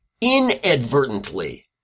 inadvertently